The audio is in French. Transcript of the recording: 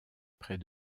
près